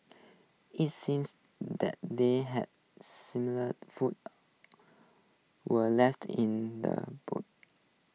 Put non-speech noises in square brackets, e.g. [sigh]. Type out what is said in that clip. IT seemed that they had smelt the food were left in the boot [noise]